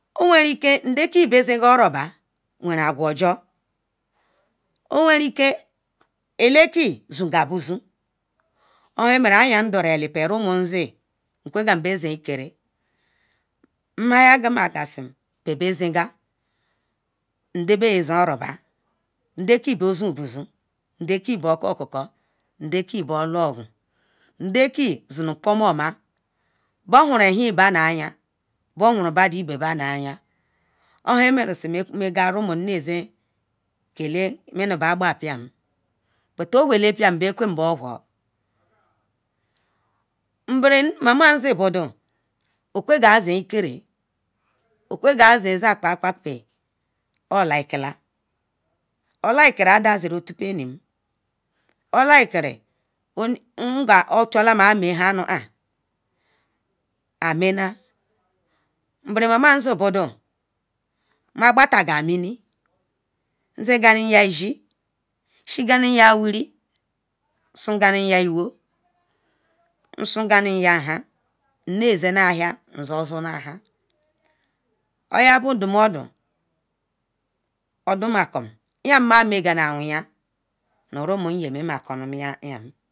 owerike alaki bezenga oro ba werun agwu jol oweriken ndeki zongo abuzon ohon merun a yan domeli kpabazi nkwega bezen ikena mmayagasi kpabezen gal ndeki bozon buzo n bobokoko ndeke bologu bohon ibebana yin boho ahen banu ayin ohan merun nhaponganba benezen nu elike kam manu ba kba kba pien bet ohola pien mbekwem bohor mbro mama zibudu okweka azen ikera okweka akpa k pa pal or like kila or like adaziri ofupenum orlikeri ame han nu an ammal mbro mama zin bu don nzenga na ishal magtagal mini nshiga ina wiri nsugana iwon sugana nhan nnezen a a hia od ndumod odoma kom nu mi yan magal na ru rumon ya menu